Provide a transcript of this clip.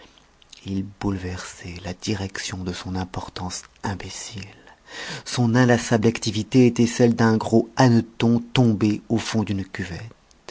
il bouleversait la direction de son importance imbécile son inlassable activité était celle d'un gros hanneton tombé au fond d'une cuvette